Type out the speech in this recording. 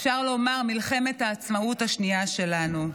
אפשר לומר מלחמת העצמאות השנייה שלנו.